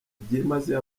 byimazeyo